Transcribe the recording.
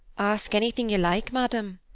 ask anything you like, madam,